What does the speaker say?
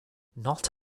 not